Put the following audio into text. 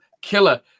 killer